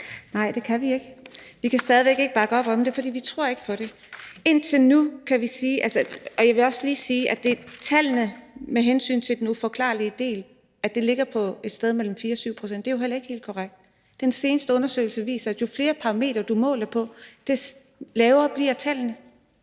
Nej, det kan vi ikke. Vi kan stadig væk ikke bakke op om det, for vi tror ikke på det. Og jeg vil også lige sige, at tallene med hensyn til den uforklarlige del, altså at det ligger på et sted mellem 4 og 7 pct., jo heller ikke er helt korrekte. Den seneste undersøgelse viser, at jo flere parametre du måler på, des lavere bliver tallene.